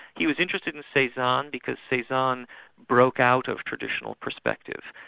he was interested in cezanne because cezanne broke out of traditional perspective,